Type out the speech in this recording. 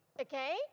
Okay